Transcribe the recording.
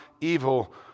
evil